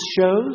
shows